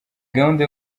gahunda